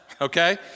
Okay